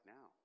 Now